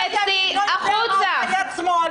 יד ימין לא יודעת מה עושה יד שמאל,